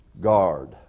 Guard